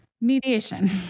mediation